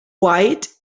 white